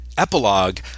Epilogue